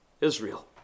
Israel